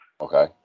Okay